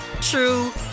true